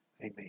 Amen